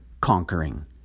conquering